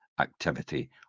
activity